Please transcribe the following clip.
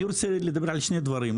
אני רוצה לדבר על שני דברים,